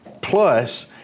Plus